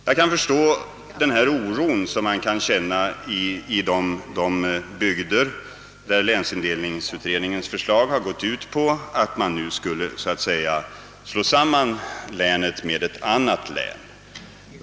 Jag kan förstå den oro som man känner i de bygder, där länet enligt länsindelningsutredningens förslag skall slås samman med ett annat län.